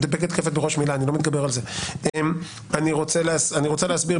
אני רוצה להסביר,